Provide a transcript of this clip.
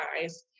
guys